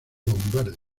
lombardi